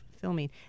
filming